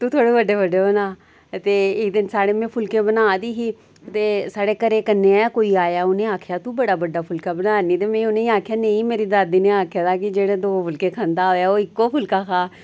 तू थोह्ड़े बड्डे बड्डे बना ते इक दिन साढ़े में फुलके बना दी ही ते साढ़े घरै कन्नै गै कोई आया उें आखेआ तूं बड़ा बड्डा फुलका बना दी में उनेंगी आखेआ के नेईं मेरी दादी ने आक्खे दा ऐ कि जेह्ड़ा दो फुलके खंदा होग ओह् इक्को फुलका खा